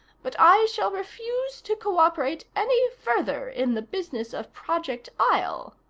but i shall refuse to cooperate any further in the business of project isle.